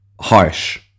Harsh